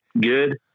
good